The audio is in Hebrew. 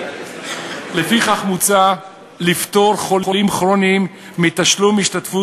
לפיכך מוצע לפטור חולים כרוניים מתשלום השתתפות